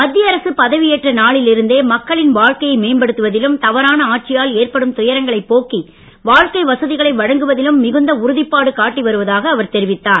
மத்திய அரசு பதவியேற்ற நாளில் இருந்தே மக்களின் வாழ்க்கையை மேம்படுத்துவதிலும் தவறான ஆட்சியால் ஏற்படும் துயரங்களைப் போக்கி வாழ்க்கை வசதிகனை வழங்வதிலும் மிகுந்த உறுதிப்பாடு காட்டி வருவதாக அவர் தெரிவித்தார்